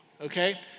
okay